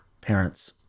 parents